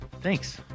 Thanks